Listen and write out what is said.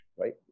right